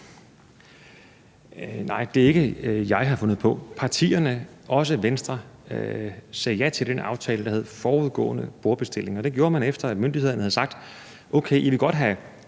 Nej, det er ikke mig, der har fundet på det. Partierne, også Venstre, sagde ja til den aftale, der havde forudgående bordbestilling, og det gjorde man, efter myndighederne havde sagt: Okay, I vil godt have